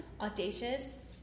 audacious